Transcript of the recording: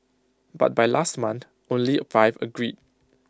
but by last month only five agreed